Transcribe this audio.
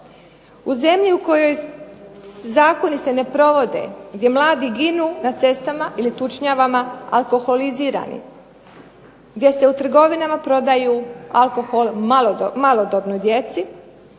U zemlji u kojoj zakoni se ne provode gdje mladi ginu na cestama ili tučnjavama alkoholizirani, gdje se u trgovinama prodaju alkohol malodobnoj djeci,